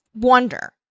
wonder